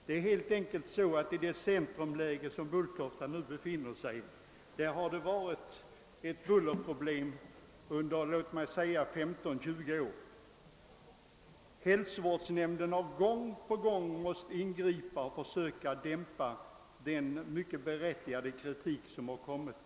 Det är helt enkelt så, att Bulltofta har orsakat bullerproblem under låt oss säga 15—20 år. Hälsovårdsnämnden har gång på gång måst ingripa för att försöka dämpa den mycket berättigade kritik som framförts.